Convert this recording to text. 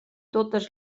totes